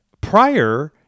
prior